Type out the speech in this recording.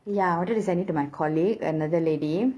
ya I wanted to send it to my colleague another lady